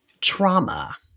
trauma